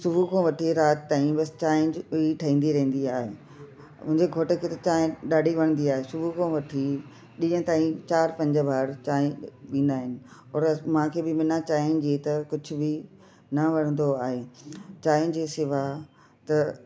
सुबुह खों वठी राति ताईं बसि चांहिं ई ठईंदी रहंदी आहे मुंहिंजे घोटु खे त चांहिं ॾाढी वणंदी आहे सुबुह खों वठी ॾींहं ताईं चारि पंज बार चाय पीअंदा आहिनि और मूंखे बि बिना चांहिं जे त कुझु बि न वणंदो आहे चांहिं जे सिवा त